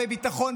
בביטחון,